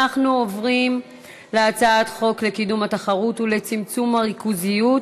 אנחנו עוברים להצעת חוק לקידום התחרות ולצמצום הריכוזיות (תיקון,